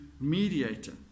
mediator